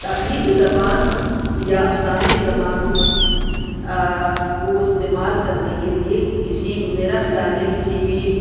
تخلیقی زبان یا افسانوی زبان کو استعمال کرنے کے لیے کسی میرا خیال ہے کسی بھی